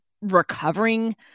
recovering